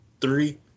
three